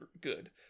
good